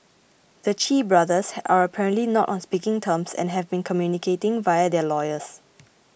the Chee brothers ha are apparently not on speaking terms and have been communicating via their lawyers